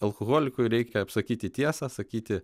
alkoholikui reikia sakyti tiesą sakyti